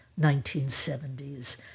1970s